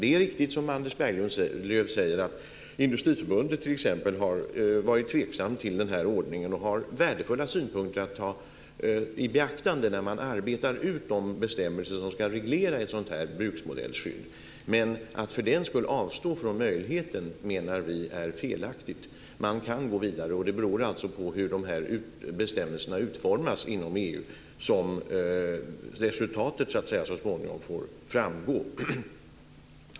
Det är riktigt som Anders Berglöv säger, att Industriförbundet har varit tveksamt till den här ordningen, och man har värdefulla synpunkter som borde tas i beaktande vid utarbetande av de bestämmelser som ska reglera bruksmodellskyddet. Men att för den skull avstå från möjligheten menar vi är felaktigt. Man kan gå vidare. Resultatet får så småningom framgå av hur bestämmelserna utformas inom EU.